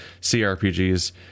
CRPGs